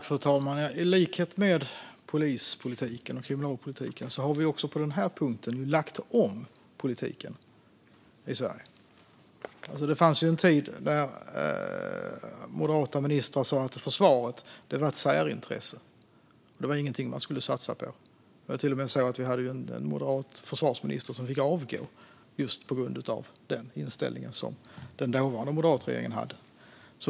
Fru talman! I likhet med vad som skett inom polispolitiken och kriminalpolitiken har vi också på den här punkten lagt om politiken i Sverige. Det fanns en tid då moderata ministrar sa att försvaret var ett särintresse och inget man skulle satsa på. Vi hade till och med en moderat försvarsminister som fick avgå på grund av den inställning som den dåvarande moderatledda regeringen hade.